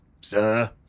Sir